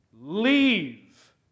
Leave